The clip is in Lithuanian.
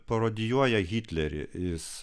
parodijuoja hitlerį jis